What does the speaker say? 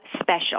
special